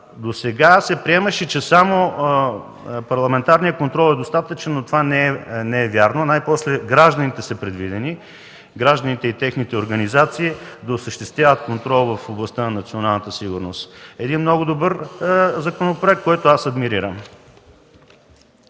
Досега се приемаше, че само парламентарният контрол е достатъчен, но това не е вярно. Най-после са предвидени гражданите и техните организации да осъществяват контрол в областта на националната сигурност. Един много добър законопроект, който аз адмирирам!